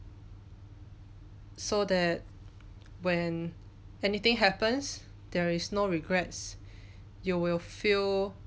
so that when anything happens there is no regrets you will feel